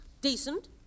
Decent